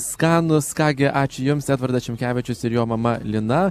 skanūs ką gi ačiū jums edvardas šimkevičius ir jo mama lina